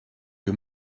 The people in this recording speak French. que